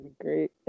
great